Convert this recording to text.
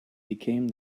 become